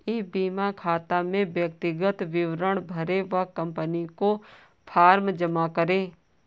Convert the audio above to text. ई बीमा खाता में व्यक्तिगत विवरण भरें व कंपनी को फॉर्म जमा करें